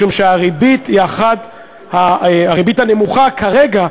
משום שהריבית הנמוכה כרגע,